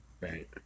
right